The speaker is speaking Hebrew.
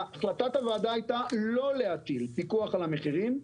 החלטת הוועדה הייתה לא להטיל פיקוח על המחירים.